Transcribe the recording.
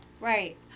Right